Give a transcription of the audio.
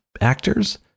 actors